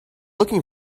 looking